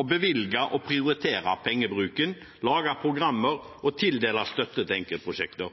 bevilge og prioritere pengebruken, lage programmer og tildele støtte til enkeltprosjekter,